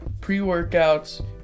pre-workouts